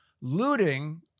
looting